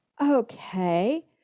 okay